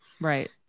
right